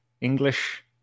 English